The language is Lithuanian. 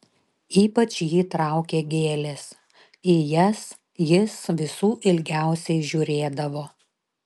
ypač jį traukė gėlės į jas jis visų ilgiausiai žiūrėdavo